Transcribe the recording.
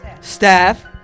staff